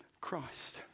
Christ